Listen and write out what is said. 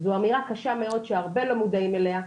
זו אמירה קשה מאוד, שהרבה לא מודעים אליה.